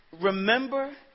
remember